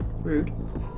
Rude